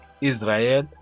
Israel